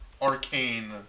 arcane